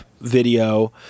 video